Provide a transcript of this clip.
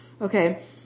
Okay